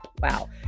Wow